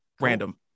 Random